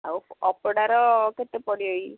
ଆଉ ଅପଡ଼ାର କେତେ ପଡ଼ିବ କି